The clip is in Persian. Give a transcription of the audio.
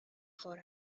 خورد